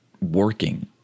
working